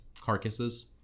carcasses